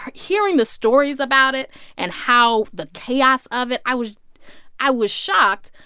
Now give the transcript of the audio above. hearing the stories about it and how the chaos of it, i was i was shocked.